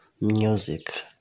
music